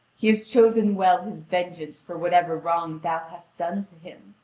he has chosen well his vengeance for whatever wrong thou hast done to him.